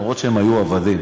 למרות שהם היו עבדים,